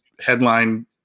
headline